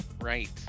right